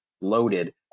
loaded